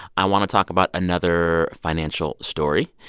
i want to talk about another financial story.